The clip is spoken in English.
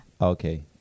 Okay